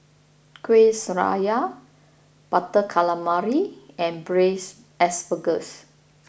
Kuih Syara Butter Calamari and Braised Asparagus